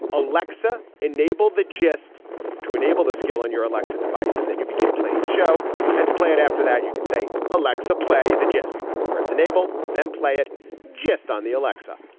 alexa, enable the gist to enable the skill on your alexa device, and then you begin playing the show and to play it after that you can say, alexa play the gist first. enable them play it just on the alexa